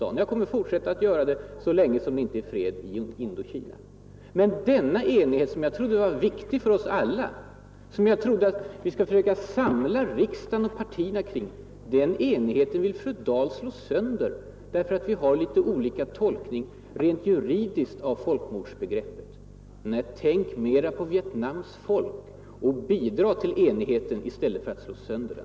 Jag kommer också att fortsätta att göra det så länge som det inte är fred i Indokina. Den enighet, som jag trodde var viktig för oss alla och som jag trodde att vi skulle försöka samla riksdagen och partierna kring, vill fru Dahl slå sönder därför att vi har något olika tolkningar rent juridiskt av folkmordsbegreppet. Nej, tänk mera på Vietnams folk och bidra till enigheten i stället för att slå sönder den!